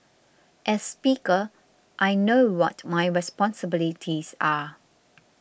as speaker I know what my responsibilities are